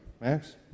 Max